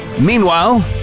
Meanwhile